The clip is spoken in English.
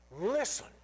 listen